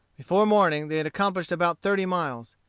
before morning they had accomplished about thirty miles.